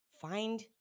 find